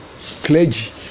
clergy